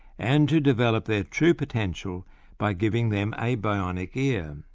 and to develop their true potential by giving them a bionic ear.